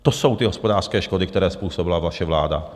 To jsou ty hospodářské škody, které způsobila vaše vláda.